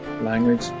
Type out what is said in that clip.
language